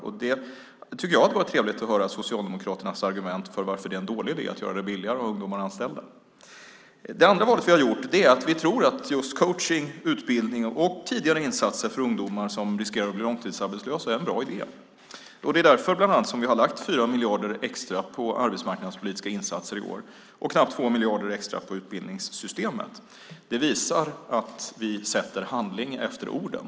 Jag tycker att det skulle vara trevligt att höra Socialdemokraternas argument för att det är en dålig idé att göra det billigare att ha ungdomar anställda. Det andra valet vi har gjort är att vi tror att just coachning, utbildning och tidigare insatser för ungdomar som riskerar att bli långtidsarbetslösa är en bra idé. Det är bland annat därför vi har lagt 4 miljarder extra på arbetsmarknadspolitiska insatser i år och knappt 2 miljarder extra på utbildningssystemet. Det visar att vi sätter handling efter orden.